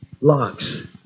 locks